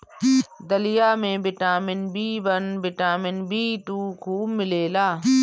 दलिया में vitamin B one, vitamin B two खूब मिलेला